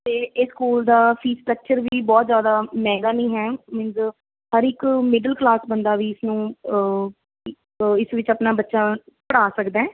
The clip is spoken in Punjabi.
ਅਤੇ ਇਹ ਸਕੂਲ ਦਾ ਫੀਸ ਸਟਰਕਚਰ ਵੀ ਬਹੁਤ ਜ਼ਿਆਦਾ ਮਹਿੰਗਾ ਨਹੀਂ ਹੈ ਮੀਨਜ ਹਰ ਇੱਕ ਮਿਡਲ ਕਲਾਸ ਬੰਦਾ ਵੀ ਇਸ ਨੂੰ ਇਸ ਵਿੱਚ ਆਪਣਾ ਬੱਚਾ ਪੜ੍ਹਾ ਸਕਦਾ